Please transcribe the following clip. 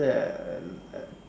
err